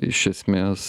iš esmės